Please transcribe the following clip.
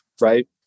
right